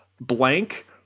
blank